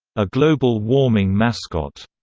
a global warming mascot.